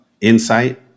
insight